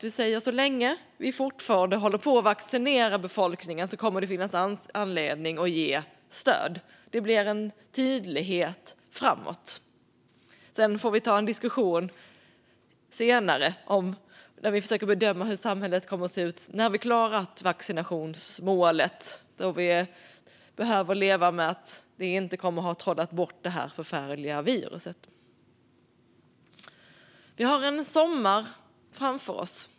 Vi säger att så länge vi fortfarande håller på att vaccinera befolkningen kommer det att finnas anledning att ge stöd. Det blir en tydlighet framåt. Vi får ta en diskussion senare när vi försöker att bedöma hur samhället kommer att se ut när vi har klarat vaccinationsmålet. Vi behöver leva med att vi inte har trollat bort det här förfärliga viruset. Vi har en sommar framför oss.